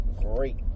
great